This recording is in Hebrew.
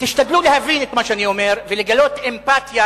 תשתדלו להבין את מה שאני אומר ולגלות אמפתיה